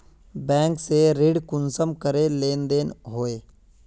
Bank से ऋण कुंसम करे लेन देन होए?